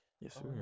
Yes